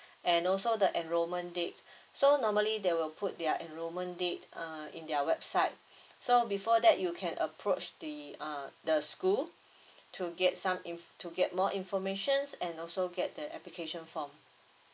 and also the enrollment date so normally they will put their enrollment date uh in their website so before that you can approach the uh the school to get some inf~ to get more informations and also get the application form